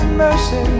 mercy